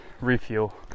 refuel